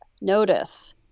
notice